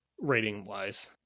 rating-wise